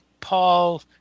Paul